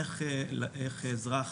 איך אזרח